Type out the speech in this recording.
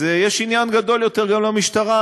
אז יש עניין גדול יותר גם למשטרה,